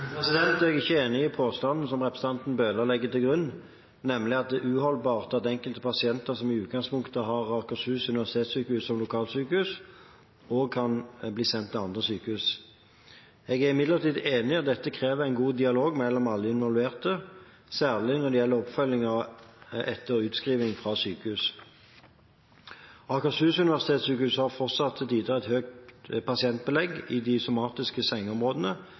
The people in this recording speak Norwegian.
Jeg er ikke enig i påstanden som representanten Bøhler legger til grunn, nemlig at det er uholdbart at enkelte pasienter som i utgangspunktet har Akershus universitetssykehus som lokalsykehus, også kan bli sendt til andre sykehus. Jeg er imidlertid enig i at dette krever en god dialog mellom alle involverte, særlig når det gjelder oppfølging etter utskriving fra sykehus. Akershus universitetssykehus har fortsatt til tider et høyt pasientbelegg i de somatiske sengeområdene,